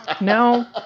no